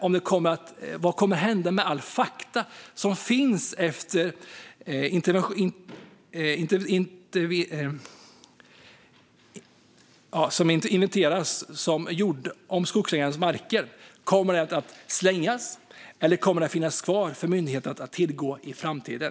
Vad kommer att hända med alla uppgifter som finns efter inventeringen av skogsägarens marker? Kommer de att slängas, eller kommer de att finnas kvar för myndigheten att tillgå i framtiden?